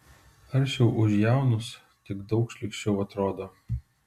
aršiau už jaunus tik daug šlykščiau atrodo